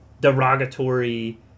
derogatory